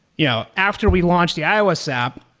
yeah after we launched the ios app,